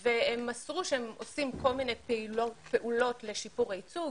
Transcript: הם מסרו שהם עושים כל מיני פעילות לשיפור הייצוג,